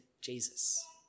Jesus